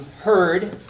heard